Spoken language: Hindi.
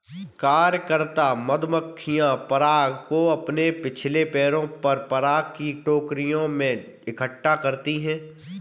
कार्यकर्ता मधुमक्खियां पराग को अपने पिछले पैरों पर पराग की टोकरियों में इकट्ठा करती हैं